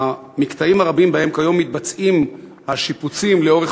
המקטעים הרבים שבהם מתבצעים כיום השיפוצים לאורך